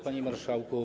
Panie Marszałku!